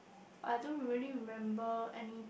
I don't really remember any